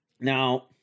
Now